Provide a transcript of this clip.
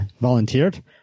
volunteered